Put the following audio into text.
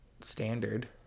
standard